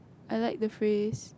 I like the phrase